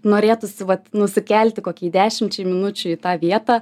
norėtųsi vat nusikelti kokiai dešimčiai minučių į tą vietą